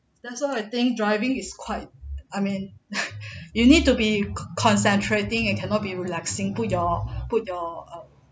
that's why I think driving is quite I mean you need to be concentrating and cannot be relaxing put your put your